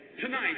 tonight